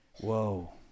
whoa